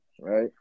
right